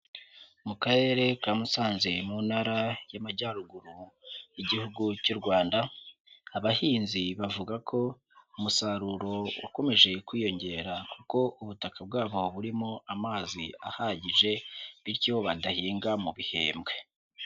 Mu karere ka Musanze mu ntara y'Amajyaruguru y'Igihugu cy'u Rwanda, abahinzi bavuga ko umusaruro wakomeje kwiyongera kuko ubutaka bwaho burimo amazi ahagije bityo badahinga mu bihembwe.